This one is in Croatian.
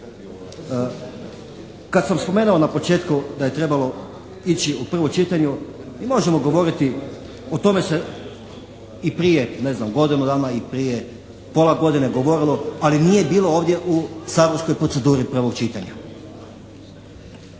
Kad sam spomenuo na početku da je trebalo ići u prvo čitanje, mi možemo govoriti o tome se i prije ne znam godinu dana i, prije pola godine govorilo ali nije bilo ovdje u saborskoj proceduri prvog čitanja.